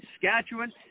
Saskatchewan